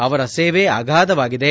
ಅವರ ಸೇವೆ ಅಗಾಧವಾಗಿದೆ